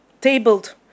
tabled